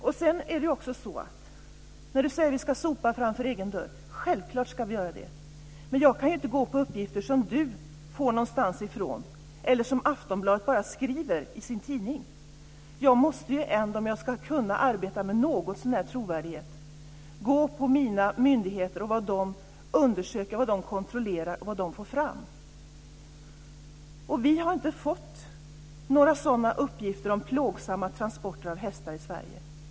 Gudrun Lindvall säger att vi ska sopa framför egen dörr. Självklart ska vi göra det. Men jag kan inte gå på uppgifter som Gudrun Lindvall får någonstans ifrån eller som Aftonbladet skriver i sin tidning. Om jag ska kunna arbeta med någotsånär trovärdighet måste jag gå på vad mina myndigheter undersöker, kontrollerar och får fram. Vi har inte fått några uppgifter om plågsamma transporter av hästar i Sverige.